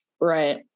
Right